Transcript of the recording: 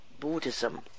Buddhism